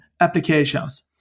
applications